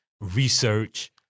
research